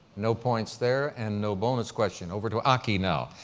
no points there and no bonus question. over to aki, now.